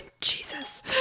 Jesus